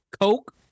Coke